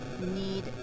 need